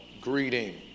greeting